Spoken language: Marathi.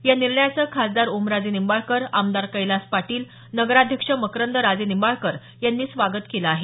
या निर्णयाचं खासदार ओमराजे निंबाळकर आमदार कैलास पाटील नगराध्यक्ष मकरंद राजे निंबाळकर यांनी स्वागत केलं आहे